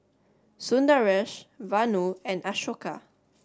Sundaresh Vanu and Ashoka